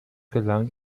gelang